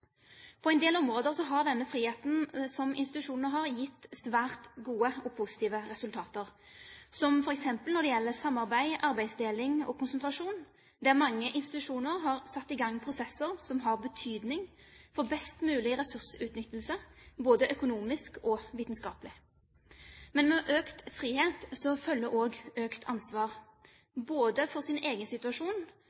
På en del områder har denne friheten som institusjonene har, gitt svært gode og positive resultater, som f.eks. når det gjelder samarbeid, arbeidsdeling og konsentrasjon, der mange institusjoner har satt i gang prosesser som har betydning for best mulig ressursutnyttelse både økonomisk og vitenskapelig. Men med økt frihet følger også økt ansvar